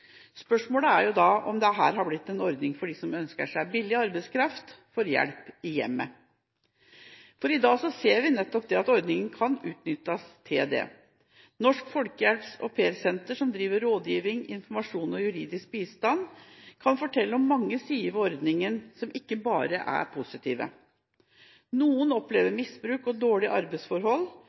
Spørsmålet er da om dette har blitt en ordning for dem som ønsker seg billig arbeidskraft til hjelp i hjemmet. I dag ser vi nettopp at ordningen kan utnyttes til det. Norsk Folkehjelps Au Pair Center, som driver rådgiving, informasjon og juridisk bistand, kan fortelle om mange sider ved ordningen som ikke bare er positive. Noen opplever misbruk og dårlige arbeidsforhold.